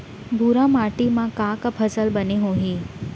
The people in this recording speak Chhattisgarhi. भूरा माटी मा का का फसल बने होही?